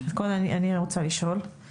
אני רוצה לשאול.